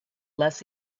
less